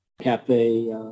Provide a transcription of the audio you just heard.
Cafe